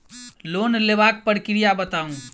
Loan लेबाक प्रक्रिया बताऊ?